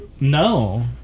no